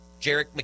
Jarek